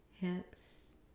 hips